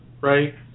right